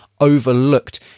overlooked